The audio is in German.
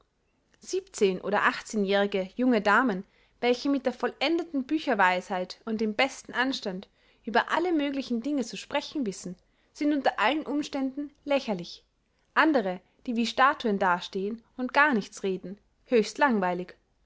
siebzehn oder achtzehnjährige junge damen welche mit vollendeter bücherweisheit und dem besten anstand über alle möglichen dinge zu sprechen wissen sind unter allen umständen lächerlich andere die wie statuen dastehen und gar nichts reden höchst langweilig